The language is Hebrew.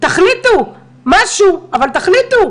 תחליטו משהו, אבל משהו.